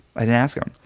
i didn't ask him.